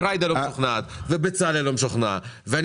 כי עכשיו ג'ידא לא משוכנעת ובצלאל לא משוכנע ואני